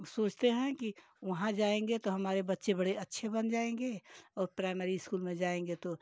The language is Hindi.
सोचते हैं कि वहाँ जाएँगे तो हमारे बच्चे बड़े अच्छे बन जाएँगे और प्राइमरी स्कूल में जाएँगे तो